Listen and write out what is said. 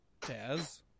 Taz